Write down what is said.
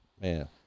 man